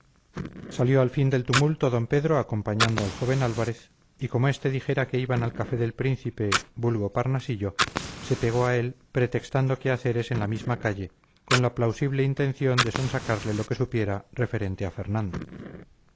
salió al fin del tumulto d pedro acompañando al joven álvarez y como este dijera que iba al café del príncipe vulgo parnasillo se pegó a él pretextando quehaceres en la misma calle con la plausible intención de sonsacarle lo que supiera referente a fernando